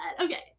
okay